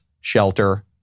shelter